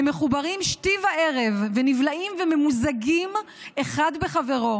הם מחוברים שתי וערב, נבלעים וממוזגים אחד בחברו.